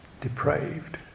depraved